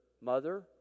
mother